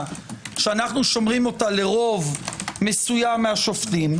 שאנו שומרים אותה לרוב מסוים מהשופטים,